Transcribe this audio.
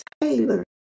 Taylor